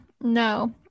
No